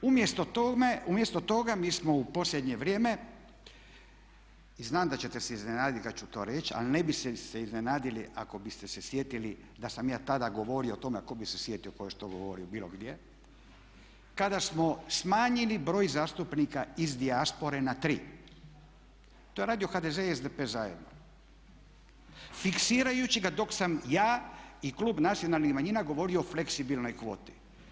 Umjesto toga mi smo u posljednje vrijeme i znam da ćete se iznenaditi kada ću to reći ali ne biste se iznenadili ako biste se sjetili da sam ja tada govorio o tome a tko bi se sjetio tko je što govorio bilo gdje, kada smo smanjili broj zastupnika iz dijaspore na 3. To je radio HDZ i SDP zajedno fiksirajući ga dok sam ja i klub nacionalnih manjina govorio o fleksibilnoj kvoti.